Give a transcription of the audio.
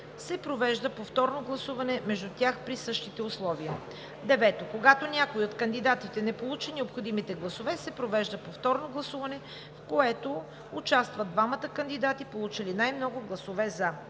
се провежда повторно гласуване между тях при същите условия. 9. Когато някой от кандидатите не получи необходимите гласове, се провежда повторно гласуване, в което участват двамата кандидати, получили най-много гласове „за“.